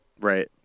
Right